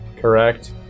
correct